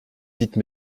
dites